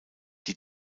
die